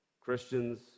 Christians